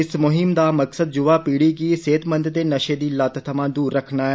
इस मुहीम दा मकसद युवां पीढ़ी गी सेहतमंद ते नशे दी लत थवां दूर रक्खना ऐ